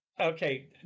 okay